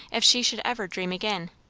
if she should ever dream again.